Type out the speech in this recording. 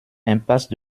impasse